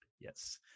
Yes